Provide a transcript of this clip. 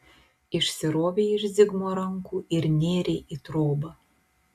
išsirovei iš zigmo rankų ir nėrei į trobą